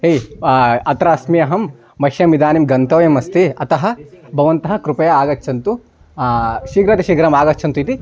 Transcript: एय् अत्र अस्मि अहं मह्यम् इदानीं गन्तव्यमस्ति अतः भवन्तः कृपया आगच्छन्तु शीघ्रातिशीघ्रम् आगच्छन्तु इति